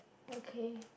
okay